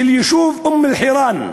של היישוב אום-אלחיראן,